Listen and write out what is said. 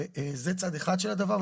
זה צד אחד של הדבר.